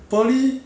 不要问我